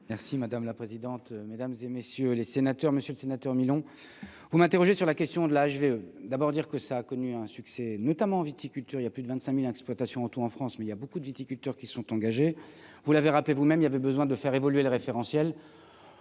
Merci madame la présidente, mesdames et messieurs les sénateurs, monsieur le sénateur Milon, vous m'interrogez sur la question de la je veux d'abord dire que ça a connu un succès notamment en viticulture, il y a plus de 25000 exploitations tout en France, mais il y a beaucoup de viticulteurs qui sont engagées, vous l'avez rappelé vous-même, il y avait besoin de faire évoluer le référentiel